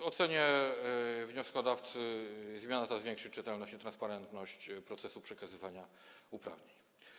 W ocenie wnioskodawcy zmiana ta zwiększy czytelność i transparentność procesu przekazywania uprawnień.